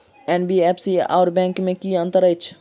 NBFC आओर bank मे की अंतर अछि?